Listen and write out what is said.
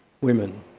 women